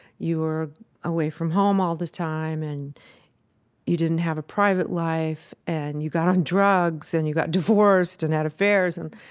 you were away from home all the time and you didn't have a private life and you got on drugs and you got divorced and had affairs and,